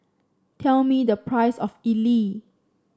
tell me the price of idly